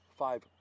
five